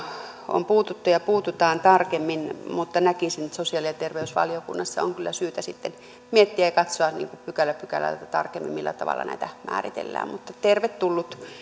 on puututtu ja puututaan tarkemmin mutta näkisin että sosiaali ja terveysvaliokunnassa on kyllä syytä sitten miettiä ja katsoa pykälä pykälältä tarkemmin millä tavalla näitä määritellään mutta tervetullut